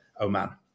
Oman